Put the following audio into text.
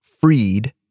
freed